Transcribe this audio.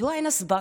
מדוע אין הסברה.